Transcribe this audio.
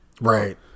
Right